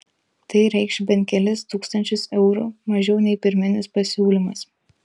tai reikš bent kelis tūkstančius eurų mažiau nei pirminis pasiūlymas